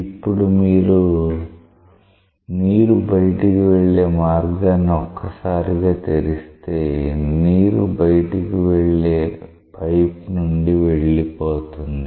ఇప్పుడు మీరు నీరు బయటకి వెళ్లే మార్గాన్ని ఒక్కసారిగా తెరిస్తే నీరు బయటకి వెళ్లే పైప్ నుండి వెళ్ళిపోతుంది